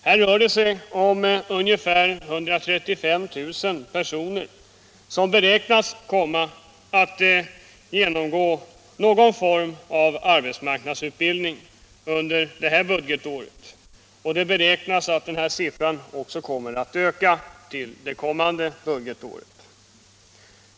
Här rör det sig om ungefär 135 000 personer som beräknas komma att genomgå någon form av arbetsmarknadsutbildning under detta budgetår, och det beräknas att denna siffra kommer att öka till det kommande budgetåret.